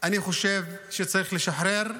אני חושב שצריך לשחרר.